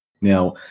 Now